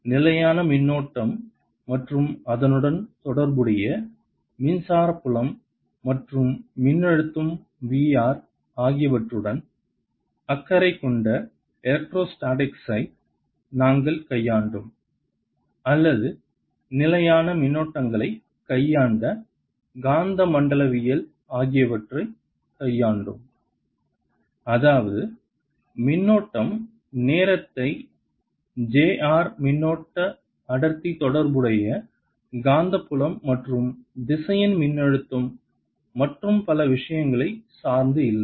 எனவே நிலையான மின்னோட்டம் மற்றும் அதனுடன் தொடர்புடைய மின்சார புலம் மற்றும் மின்னழுத்தம் V r ஆகியவற்றுடன் அக்கறை கொண்ட எலக்ட்ரோஸ்டேடிக்ஸை நாங்கள் கையாண்டோம் அல்லது நிலையான மின்னோட்டங்களைக் கையாண்ட காந்தமண்டலவியல் ஆகியவற்றைக் கையாண்டோம் அதாவது மின்னோட்டம் நேரத்தை j r மின்னோட்ட அடர்த்தி தொடர்புடைய காந்தப்புலம் மற்றும் திசையன் மின்னழுத்தம் மற்றும் பல விஷயங்களை சார்ந்தது இல்லை